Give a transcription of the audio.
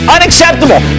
Unacceptable